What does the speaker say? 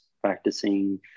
practicing